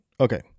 okay